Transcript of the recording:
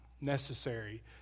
necessary